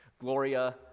Gloria